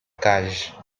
cages